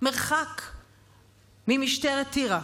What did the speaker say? ממשטרת טירה.